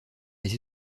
les